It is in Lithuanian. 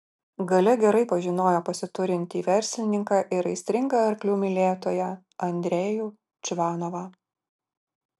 galia gerai pažinojo pasiturintį verslininką ir aistringą arklių mylėtoją andrejų čvanovą